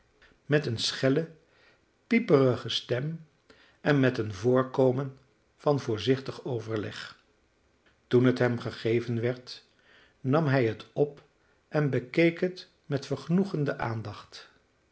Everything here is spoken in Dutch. met eene schelle pieperige stem en met een voorkomen van voorzichtig overleg toen het hem gegeven werd nam hij het op en bekeek het met vergenoegde aandacht